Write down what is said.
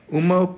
uma